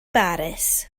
baris